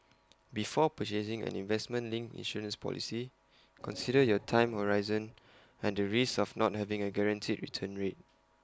before purchasing an investment linked insurance policy consider your time horizon and the risks of not having A guaranteed return rate